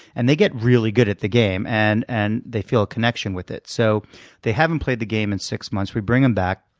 and they get really good at the game and and they feel a connection with it. so they haven't played the game in six months. we bring them back.